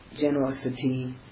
generosity